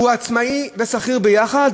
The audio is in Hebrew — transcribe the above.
הוא עצמאי ושכיר ביחד,